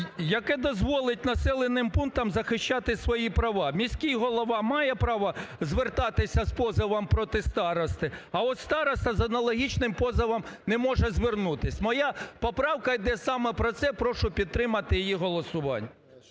…яке дозволить населеним пунктам захищати свої права. Міський голова має право звертатися з позовом проти старости, а от староста з аналогічним позовом не може звернутись. Моя поправка йде саме про це. Прошу підтримати її голосуванням.